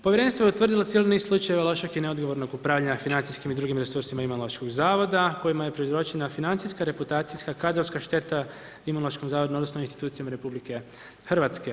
Povjerenstvo je utvrdilo cijeli niz slučaja lošeg i neodgovornog upravljanja financijskim i drugim resursima Imunološkog zavoda kojima je prouzročena financijska reputacijska, kadrovska šteta Imunološkom zavodu odnosno institucijama RH.